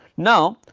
now,